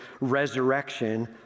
resurrection